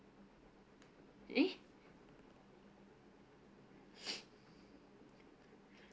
eh